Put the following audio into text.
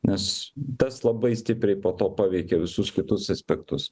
nes tas labai stipriai po to paveikia visus kitus aspektus